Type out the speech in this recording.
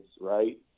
right